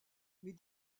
mais